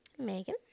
Megan